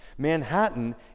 Manhattan